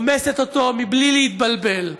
רומסת אותו בלי להתבלבל.